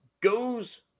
goes